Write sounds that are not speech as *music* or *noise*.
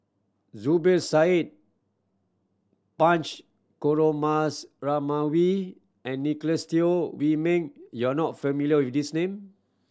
Zubir Said Punch *unintelligible* and *unintelligible* Teo Wei Min you are not familiar with these name